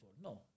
No